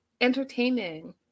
entertaining